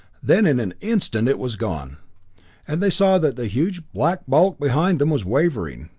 then in an instant it was gone and they saw that the huge black bulk behind them was wavering,